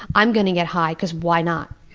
i'm going to get high, because why not?